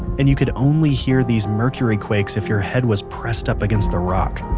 and you could only hear these mercury quakes if your head was pressed up against the rock,